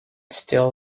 still